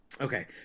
okay